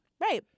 Right